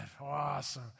awesome